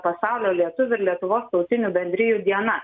pasaulio lietuvių ir lietuvos tautinių bendrijų diena